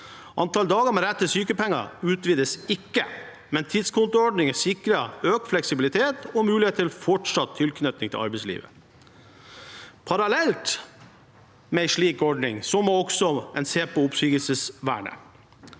Antall dager med rett til sykepenger utvides ikke, men en tidskontoordning sikrer økt fleksibilitet og mulighet til fortsatt tilknytning til arbeidslivet. Parallelt med en slik ordning må en også se på oppsigelsesvernet.